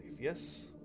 yes